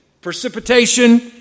precipitation